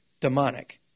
demonic